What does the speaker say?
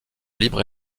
libre